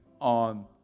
on